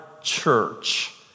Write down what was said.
church